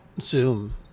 Zoom